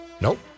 Nope